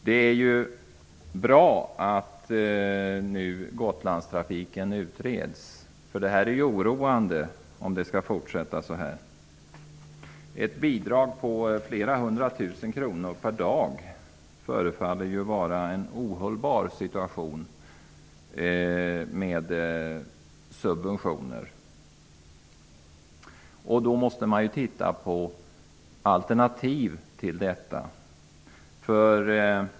Det är bra att Gotlandstrafiken nu utreds. Det vore oroande om det skulle få fortsätta på detta vis. Behovet av subventioner på flera hundra tusen kronor per dag förefaller att innebära en ohållbar situation. Då måste man titta på vad det finns för alternativ.